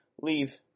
leave